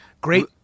Great